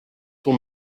ton